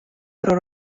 про